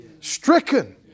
stricken